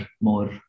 more